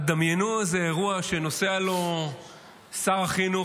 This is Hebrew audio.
דמיינו איזה אירוע שנוסע לו שר החינוך